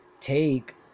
take